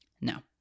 Now